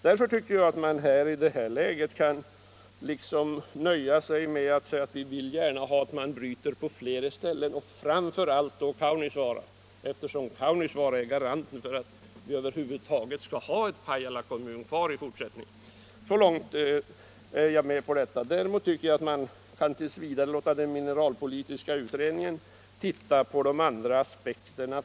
Jag tycker alltså att vi i detta läge kan nöja oss med att säga att vi gärna vill att man bryter på fler ställen, framför allt i Kaunisvaara, eftersom Kaunisvaara är garanten för att Pajala kommun skall kunna finnas kvar. Däremot tycker jag att vi t. v. kan låta den mineralpolitiska utredningen titta på de andra aspekterna.